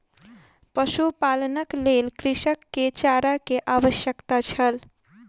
पशुपालनक लेल कृषक के चारा के आवश्यकता छल